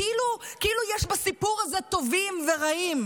כאילו יש בסיפור הזה טובים ורעים.